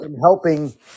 helping